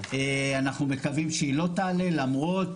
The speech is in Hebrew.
אנחנו מקווים שהיא לא תעלה, למרות,